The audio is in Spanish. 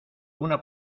una